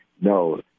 no